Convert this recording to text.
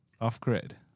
Off-grid